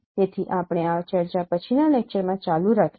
તેથી આપણે આ ચર્ચા પછીના લેક્ચરમાં ચાલુ રાખીશું